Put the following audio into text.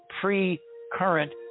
pre-current